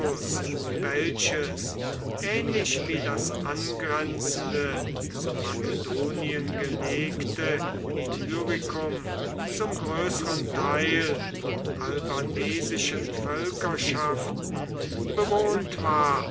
welches ähnlich wie das angrenzende zu makedonien gelegte illyricum zum größeren teil von albanesischen völkerschaften bewohnt war